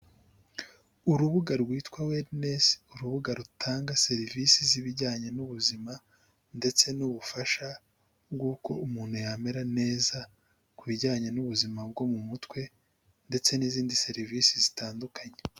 Urubuga rwitwa werinesi urubuga rutanga serivisi z'ibijyanye n'ubuzima ndetse n'ubufasha bw'uko umuntu yamera neza ku bijyanye n'ubuzima bwo mu mutwe ndetse n'izindi serivisi zitandukanye.